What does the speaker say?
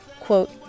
quote